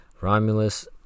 Romulus